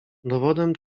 dowodem